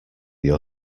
your